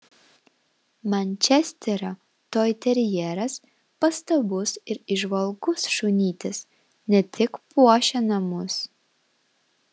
mančesterio toiterjeras pastabus ir įžvalgus šunytis ne tik puošia namus